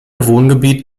wohngebiet